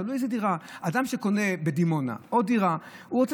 תלוי באיזו דירה: אדם שקונה בדימונה עוד דירה הוא רוצה